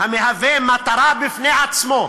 המהווה מטרה בפני עצמו.